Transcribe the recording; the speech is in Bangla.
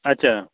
আচ্ছা